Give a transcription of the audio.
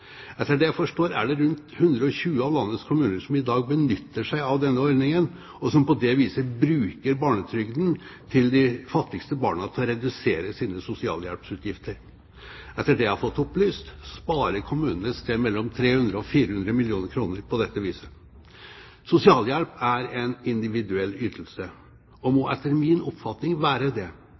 Etter det jeg forstår, er det rundt 120 av landets kommuner som i dag benytter seg av denne ordningen, og som på det viset bruker barnetrygden til de fattigste barna til å redusere sine sosialhjelpsutgifter. Etter det jeg har fått opplyst, sparer kommunene et sted mellom 300 og 400 mill. kr på dette viset. Sosialhjelp er en individuell ytelse og må etter min oppfatning være det.